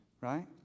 Right